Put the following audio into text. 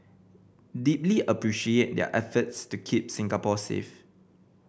deeply appreciate their efforts to keep Singapore safe